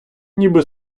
ніби